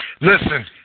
Listen